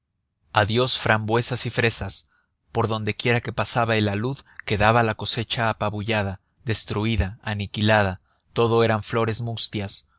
adiós frambuesas y fresas por dondequiera que pasaba el alud quedaba la cosecha apabullada destruida aniquilada todo eran flores mustias